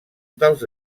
dels